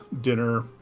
dinner